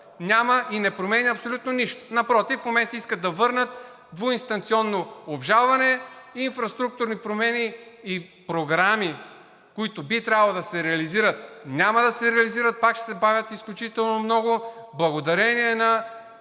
няма и не променя абсолютно нищо. Напротив, в момента искат да върнат двуинстанционно обжалване, инфраструктурни промени и програми, които би трябвало да се реализират – няма да се реализират, пак ще се бавят изключително много благодарение на